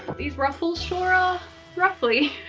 but these ruffles sure are ruffly,